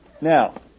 Now